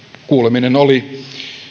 kuuleminen oli